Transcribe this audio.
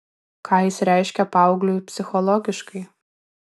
ką jis reiškia paaugliui psichologiškai